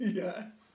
yes